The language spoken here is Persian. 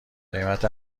قیمت